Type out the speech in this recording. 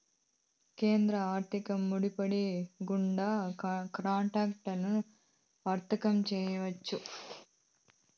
కేంద్ర ఆర్థిక మార్పిడి గుండా కాంట్రాక్టులను వర్తకం చేయొచ్చు